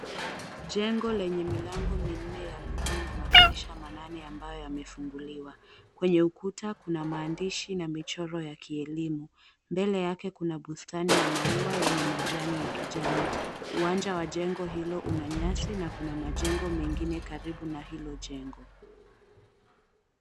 Jengo lenye milango minne ya buluu na madirisha manane ambayo yamefunguliwa. Kwenye ukuta kuna mahandishi na michoro ya kielimu. Mbele yake kuna bustani ya maua yenye majani ya kijani. Uwanja wa jengo hilo una nyasi na kuna majengo mengine karibu na hilo jengo.